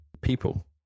people